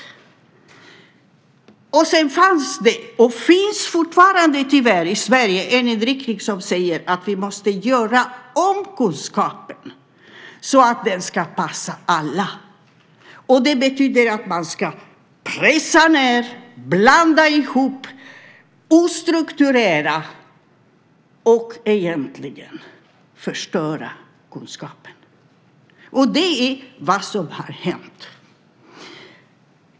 Vidare har det funnits, och finns tyvärr fortfarande, i Sverige en inriktning som säger att vi måste göra om kunskapen så att den passar alla. Det betyder att man ska pressa ned, blanda ihop, "ostrukturera" och egentligen förstöra kunskapen. Det är vad som har hänt.